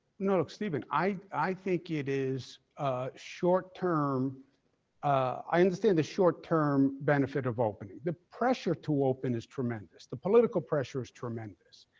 no, like stephen, i i think it is ah short-term i understand the short-term benefit of opening. the pressure to open is tremendous. the political pressure is tremendous.